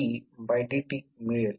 7 ampere मिळेल